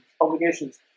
obligations